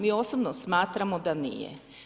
Mi osobno smatramo da nije.